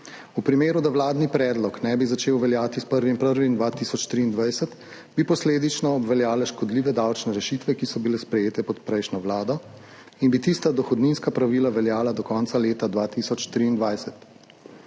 V primeru, da vladni predlog ne bi začel veljati s 1. 1. 2023, bi posledično obveljale škodljive davčne rešitve, ki so bile sprejete pod prejšnjo vlado in bi tista dohodninska pravila veljala do konca leta 2023,